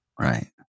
Right